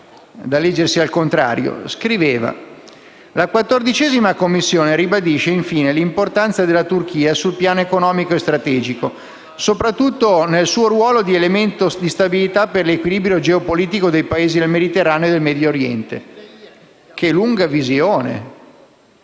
tale risoluzione si scriveva: «La 14a Commissione ribadisce infine l'importanza della Turchia sul piano economico e strategico, soprattutto nel suo ruolo di elemento di stabilità e per l'equilibrio geopolitico dei Paesi del Mediterraneo e del Medio Oriente». Che lunga visione!